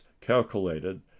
calculated